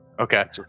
Okay